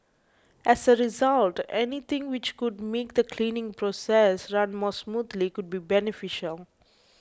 as a result anything which could make the cleaning process run more smoothly could be beneficial